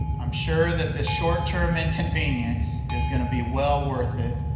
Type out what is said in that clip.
i'm sure that the short-term inconvenience is going to be well worth it!